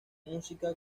música